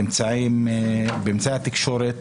באמצעי התקשורת,